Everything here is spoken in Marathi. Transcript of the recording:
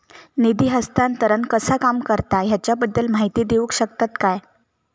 निधी हस्तांतरण कसा काम करता ह्याच्या बद्दल माहिती दिउक शकतात काय?